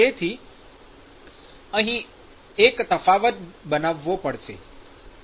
તેથી અહીં એક તફાવત બનાવવો પડશે